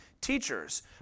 teachers